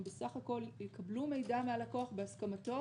הם בסך הכול יקבלו מידע מהלקוח בהסכמתו